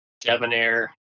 debonair